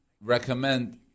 recommend